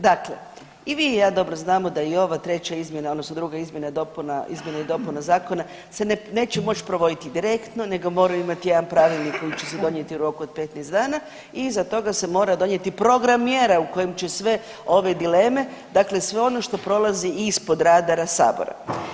Dakle, i vi i ja dobro znamo da i ova treća izmjena odnosno druga izmjena dopuna, izmjena i dopuna zakona se neće moć provoditi direktno nego moraju imat jedan pravilnik koji će se donijet u roku 15 dana i iza toga se mora donijeti program mjera u kojem će sve ove dileme, dakle sve ono što prolazi ispod radara sabora.